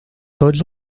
tots